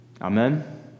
Amen